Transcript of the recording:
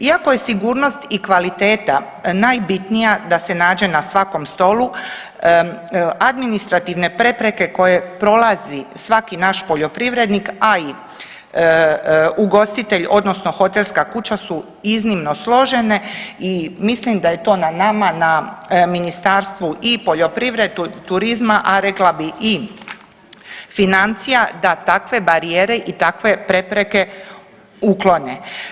Iako je sigurnost i kvaliteta najbitnija da se nađe na svakom stolu, administrativne prepreke koje prolazi svaki naš poljoprivrednik, a i ugostitelj, odnosno hotelska kuća su iznimno složene i mislim da je to na nama, na Ministarstvu i poljoprivrede, turizma, a rekla bih i financija, da takve barijere i takve prepreke uklone.